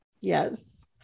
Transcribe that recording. yes